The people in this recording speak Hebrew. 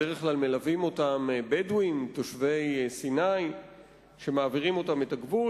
בדרך כלל מלווים אותם בדואים תושבי סיני שמעבירים אותם את הגבול.